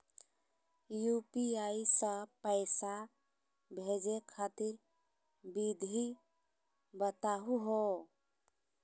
UPI स पैसा भेजै खातिर विधि बताहु हो?